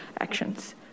actions